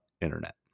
Internet